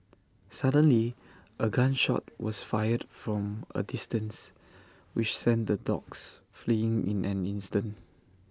suddenly A gun shot was fired from A distance which sent the dogs fleeing in an instant